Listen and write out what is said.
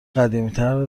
قدیمیتر